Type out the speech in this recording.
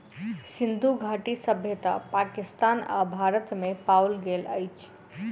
सिंधु घाटी सभ्यता पाकिस्तान आ भारत में पाओल गेल अछि